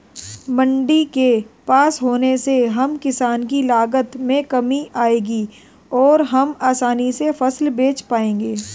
मंडी के पास होने से हम किसान की लागत में कमी आएगी और हम आसानी से फसल बेच पाएंगे